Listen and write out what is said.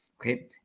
okay